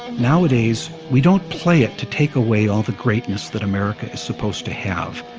nowadays we don't play it to take away all the greatness that america is supposed to have.